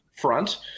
front